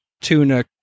Tuna